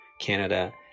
Canada